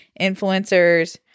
influencers